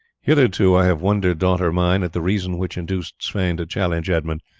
hitherto i have wondered, daughter mine, at the reason which induced sweyn to challenge edmund,